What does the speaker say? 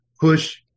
push